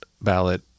ballot